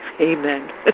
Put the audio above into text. Amen